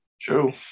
True